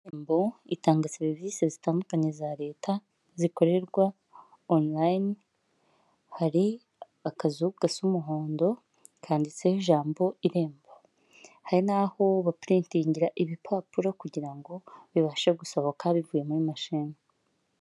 Irembo itanga serivisi zitandukanye za leta zikorerwa onurayini, hari akazu gasa umuhondo kanditseho ijambo irembo. Hari n'aho bapuritingira ibipapuro kugira ngo bibashe gusohoka bivuye muri mashini.